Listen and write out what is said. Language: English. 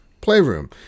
Playroom